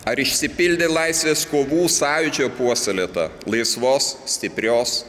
ar išsipildė laisvės kovų sąjūdžio puoselėta laisvos stiprios